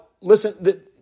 listen